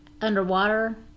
underwater